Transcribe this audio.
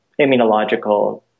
immunological